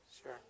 Sure